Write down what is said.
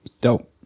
Dope